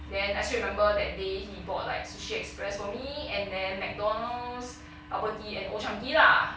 then I still remember that day he bought like sushi express for me and then mcdonald's bubble tea at old chang kee lah